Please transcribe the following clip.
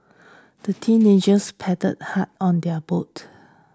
the teenagers paddled hard on their boat